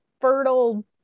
fertile